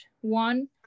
one